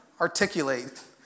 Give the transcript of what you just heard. articulate